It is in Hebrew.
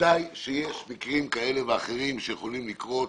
ודאי שיש מקרים כאלה ואחרים שיכולים לקרות,